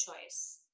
choice